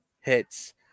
Hits